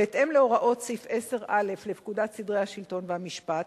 בהתאם להוראות סעיף 10א לפקודת סדרי השלטון והמשפט,